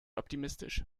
optimistisch